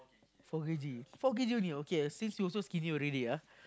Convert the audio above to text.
four K_G four K_G only okay since you so skinny already ah